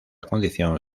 condición